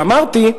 אמרתי,